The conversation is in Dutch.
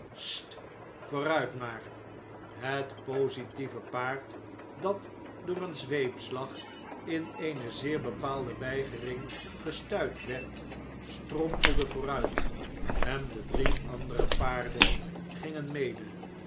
vooruit maar het positieve paard dat door eenzweepslag in eene zeer bepaalde weigering gestuit werd strompelde vooruit en de drie andere paarden gingen mede